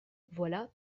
voilà